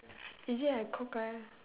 is it I cockeye